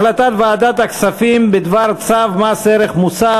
החלטת ועדת הכספים בדבר צו מס ערך מוסף